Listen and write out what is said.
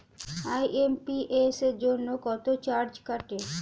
IMPS জন্য কত charge কাটে?